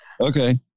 Okay